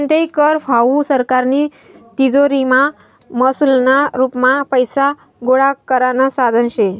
कोणताही कर हावू सरकारनी तिजोरीमा महसूलना रुपमा पैसा गोळा करानं साधन शे